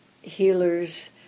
healers